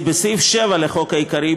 בסעיף 7 לחוק העיקרי,